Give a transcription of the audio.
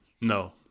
No